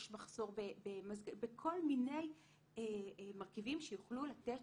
יש מחסור בכל מיני מרכיבים שיוכלו לתת